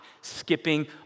skipping